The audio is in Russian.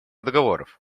договоров